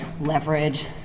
leverage